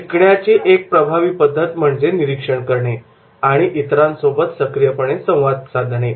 शिकण्याची एक प्रभावी पद्धत म्हणजे निरीक्षण करणे आणि इतरांसोबत सक्रियपणे संवाद साधणे